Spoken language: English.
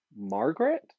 Margaret